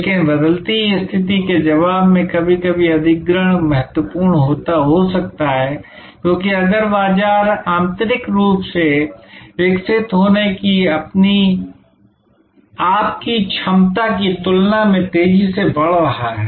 लेकिन बदलती स्थिति के जवाब में कभी कभी अधिग्रहण महत्वपूर्ण हो सकता है क्योंकि अगर बाजार आंतरिक रूप से विकसित होने की आपकी क्षमता की तुलना में तेजी से बढ़ रहा है